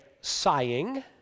sighing